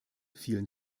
vielen